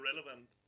irrelevant